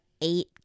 eight